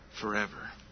forever